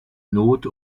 not